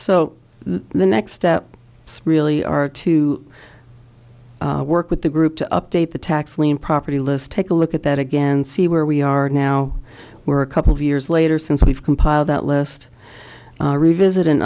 so the next step really are to work with the group to update the tax lien property list take a look at that again see where we are now we're a couple of years later since we've compiled that list revisit